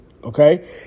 Okay